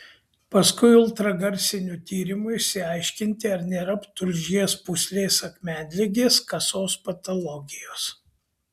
paskui ultragarsiniu tyrimu išsiaiškinti ar nėra tulžies pūslės akmenligės kasos patologijos